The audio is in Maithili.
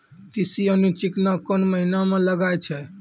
तीसी यानि चिकना कोन महिना म लगाय छै?